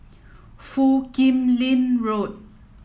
Foo Kim Lin Road